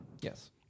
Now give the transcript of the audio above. Yes